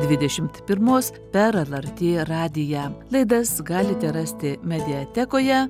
dvidešimt pirmos per lrt radiją laidas galite rasti mediatekoje